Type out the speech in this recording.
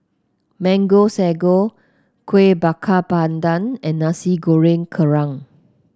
Mango Sago Kueh Bakar Pandan and Nasi Goreng Kerang